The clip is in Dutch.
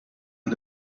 aan